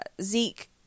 Zeke